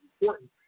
important